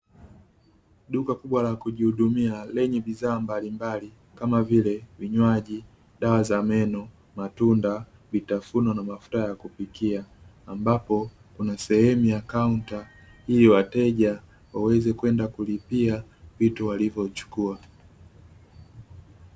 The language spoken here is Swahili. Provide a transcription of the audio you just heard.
Duka kubwa la kujihudumia lenye bidhaa mbalimnali kama vile vinywaji, dawa za meno, matunda, vitafunwo ma mafuta ya kipikia, ambapo kuna sehemu ya kaunta ili wateja waweze kwenda kulipia, vitu walivyo chukua.